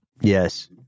Yes